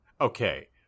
Okay